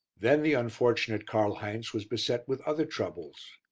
then the unfortunate karl heinz was beset with other troubles.